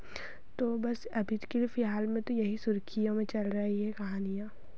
तो सब अभी के लिए फ़िलहाल में तो यही सुर्खियों में चल रहा है यहीं कहानियाँ